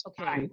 okay